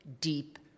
deep